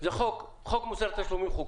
חוק מוסר התשלומים.